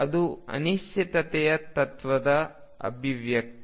ಇದು ಅನಿಶ್ಚಿತತೆ ತತ್ವದ ಅಭಿವ್ಯಕ್ತಿ